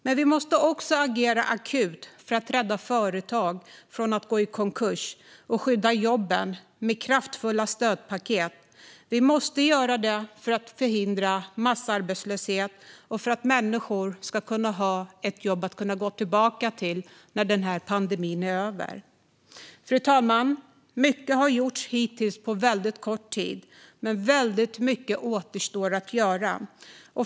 Men vi måste också agera akut för att rädda företag från att gå i konkurs och skydda jobben med kraftfulla stödpaket. Vi måste göra detta för att förhindra massarbetslöshet och för att människor ska ha ett jobb att gå tillbaka till när den här pandemin är över. Fru talman! Mycket har gjorts hittills på kort tid, men väldigt mycket återstår att göra.